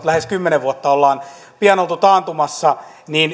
lähes kymmenen vuotta ollaan pian oltu taantumassa